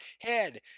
head